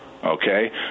Okay